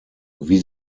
wie